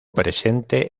presente